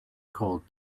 called